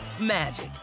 magic